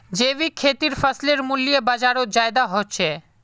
जैविक खेतीर फसलेर मूल्य बजारोत ज्यादा होचे